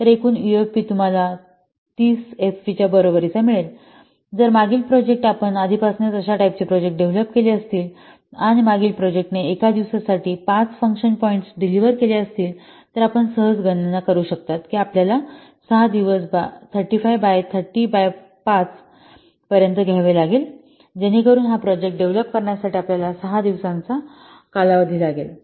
तर एकूण यूएफपी तुम्हाला किती 30 एफपीच्या बरोबरीचा मिळेल तर जर मागील प्रोजेक्ट जर आपण आधीपासूनच अशा टाईपचे प्रोजेक्ट डेव्हलप केले असतील आणि मागील प्रोजेक्ट ने एका दिवसासाठी 5 फंक्शन पॉईंट्स डिलिव्हर केले असतील तर आपण सहज गणना करू शकता की आपल्याला 6 दिवस 35 बाय 30 बाय 5 पर्यंत घ्यावे लागेल जेणेकरुन हा प्रोजेक्ट डेव्हलप करण्यासाठी आपल्याला 6 दिवसांचा कालावधी लागेल